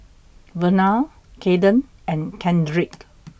Vernal Kayden and Kendrick